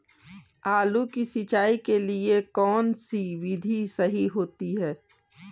आलू की सिंचाई के लिए कौन सी विधि सही होती है?